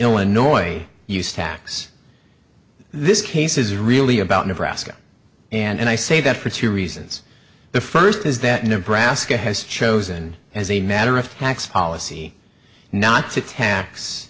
illinois use tax this case is really about nebraska and i say that for two reasons the first is that nebraska has chosen as a matter of tax policy not to tax